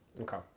Okay